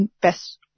best –